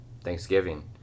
Thanksgiving